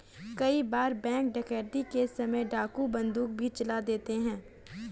कई बार बैंक डकैती के समय डाकू बंदूक भी चला देते हैं